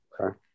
Okay